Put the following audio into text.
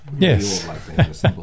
Yes